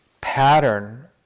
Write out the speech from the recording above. pattern